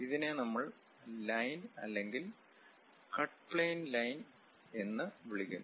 ഇതിനെ നമ്മൾ ലൈൻ അല്ലെങ്കിൽ കട്ട് പ്ലെയിൻ ലൈൻ എന്ന് വിളിക്കുന്നു